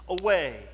away